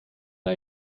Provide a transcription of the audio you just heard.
are